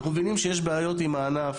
אנחנו מבינים שיש בעיות עם הענף,